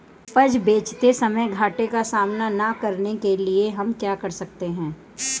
उपज बेचते समय घाटे का सामना न करने के लिए हम क्या कर सकते हैं?